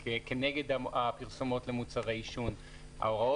מר גבע, כמו שאתה בוודאי יודע, החוק